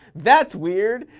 that's weird.